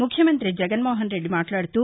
ముఖ్యమంతి జగన్మోహన్ రెడ్డి మాట్లాడుతూ